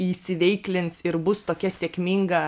įsiveiklins ir bus tokia sėkminga